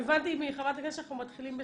הבנתי מחברת הכנסת שאנחנו מתחילים בסרטון.